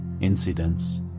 incidents